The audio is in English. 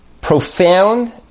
profound